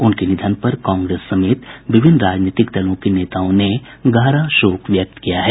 उनके निधन पर कांग्रेस समेत विभिन्न राजनीतिक दलों के नेताओं ने गहरा शोक व्यक्त किया है